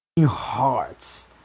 hearts